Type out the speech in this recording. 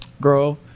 girl